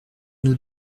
nous